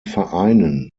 vereinen